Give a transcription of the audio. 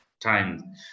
time